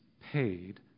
paid